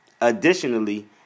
Additionally